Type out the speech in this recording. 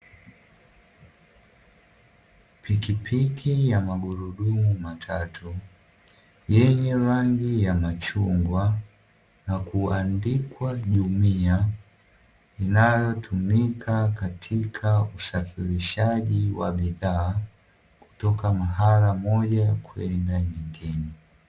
Pikipiki ya magurudumu matatu yenye rangi ya machungwa na kuandikwa "JUMIA", inayotumika katika usafrishaji wa bidhaa kutoka sehemu moja kwenda nyingine.